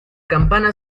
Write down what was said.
campana